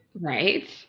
right